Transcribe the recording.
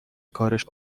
کارش